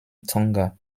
tonga